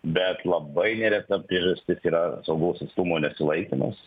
bet labai nereta priežastis yra saugaus atstumo nesilaikymas